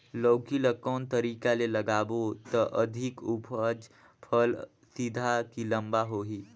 लौकी ल कौन तरीका ले लगाबो त अधिक उपज फल सीधा की लम्बा होही?